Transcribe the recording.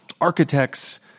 architects